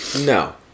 no